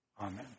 Amen